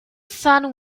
son